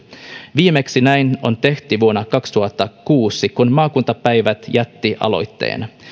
viimeksi näin on tehty vuonna kaksituhattakuusi kun maakuntapäivät jätti aloitteen myös